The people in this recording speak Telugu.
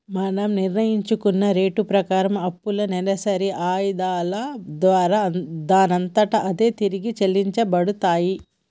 మనం నిర్ణయించుకున్న రేటు ప్రకారం అప్పులు నెలవారి ఆయిధాల దారా దానంతట అదే తిరిగి చెల్లించబడతాయి